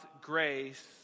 grace